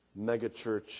megachurch